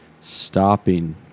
stopping